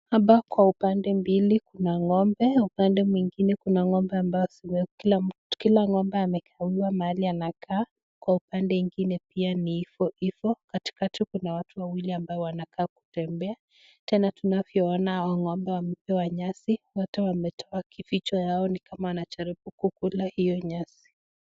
Hapa kwa upande mbili kuna ng'ombe, upande mwingine kuna ng'ombe ambao kila ng'ombe amekalia mahali anakaa, kwa upande mwingine pia ni ivo ivo. Katikati kuna watu wawili ambao wanakaa kutembea, tena tunavyoona hawa ng'ombe wamepewa nyasi. Wote wametoa vichwa vyao ni kama wanajaribu kukula hiyo nyasi.